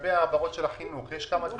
לגבי העברות של החינוך, יש כמה דברים.